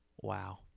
wow